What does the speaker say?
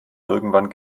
irgendwann